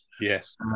yes